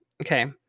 Okay